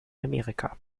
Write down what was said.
amerika